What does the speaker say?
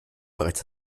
bereits